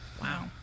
Wow